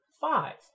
five